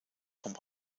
von